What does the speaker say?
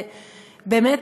באמת,